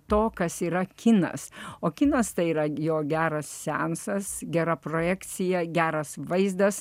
to kas yra kinas o kinas tai yra jo geras seansas gera projekcija geras vaizdas